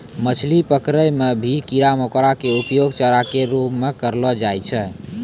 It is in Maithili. मछली पकड़ै मॅ भी कीड़ा मकोड़ा के उपयोग चारा के रूप म करलो जाय छै